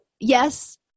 yes